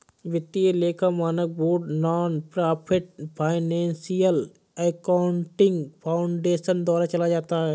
वित्तीय लेखा मानक board nonprofit financial accounting foundation द्वारा चलाया जाता है